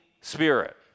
Spirit